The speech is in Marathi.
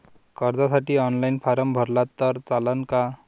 कर्जसाठी ऑनलाईन फारम भरला तर चालन का?